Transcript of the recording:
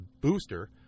booster